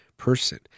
Person